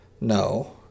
No